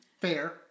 Fair